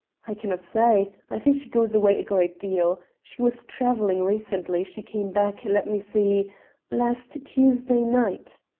i cannot say. i think she goes away a great deal. she was travelling recently she came back let me see last tuesday night.